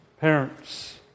parents